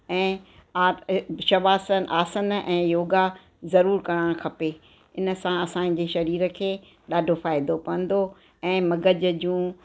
ऐं आत शवासन आसन ऐं योगा ज़रूरु करणु खपे इन सां असांजे शरीर खे ॾाढो फ़ाइदो पवंदो ऐं मगज़ जूं